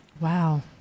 Wow